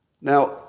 Now